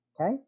Okay